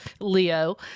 Leo